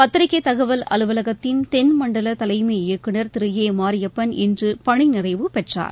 பத்திரிகை தகவல் அலுவலகத்தின் தென் மண்டல தலைமை இயக்குனர் திரு ஏ மாரியப்பன் இன்று பணி நிறைவு பெற்றார்